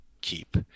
keep